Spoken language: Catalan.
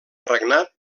regnat